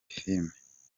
filime